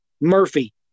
Murphy